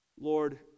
Lord